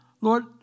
Lord